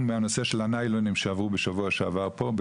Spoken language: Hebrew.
מהנושא של הניילונים שעברו בשבוע שעבר פה,